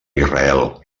israel